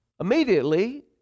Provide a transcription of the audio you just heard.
immediately